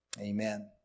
Amen